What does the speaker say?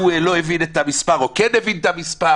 הוא לא הבין את המספר או כן הבין את המספר.